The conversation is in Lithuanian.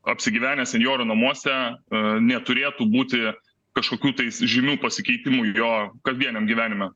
apsigyvenęs senjorų namuose neturėtų būti kažkokių tais žymių pasikeitimų jo kasdieniam gyvenime